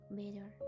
better